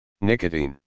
Nicotine